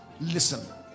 Listen